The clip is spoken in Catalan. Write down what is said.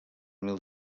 mil